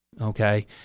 okay